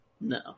no